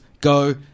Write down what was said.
Go